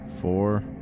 four